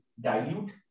dilute